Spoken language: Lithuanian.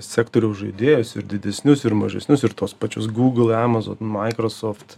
sektoriaus žaidėjus ir didesnius ir mažesnius ir tos pačios gūgl emazon maikrosoft